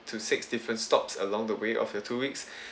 to six different stops along the way of your two weeks